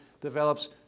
develops